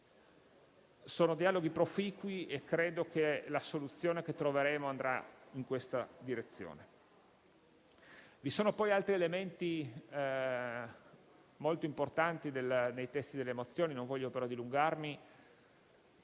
Sono dialoghi proficui e credo che la soluzione che troveremo andrà in questa direzione. Vi sono, poi, altri elementi molto importanti nei testi delle mozioni, ma non voglio dilungarmi.